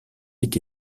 est